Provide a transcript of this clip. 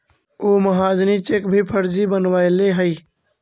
उ महाजनी चेक भी फर्जी बनवैले हइ